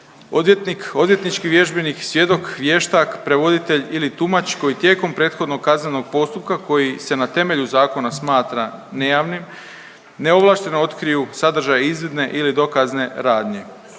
odvjetnički vježbenik, svjedok, vještak, prevoditelj ili tumač koji tijekom prethodnog kaznenog postupka koji se na temelju zakona smatra nejavnim neovlašteno otkriju sadržaj izvidne ili dokazne radnje.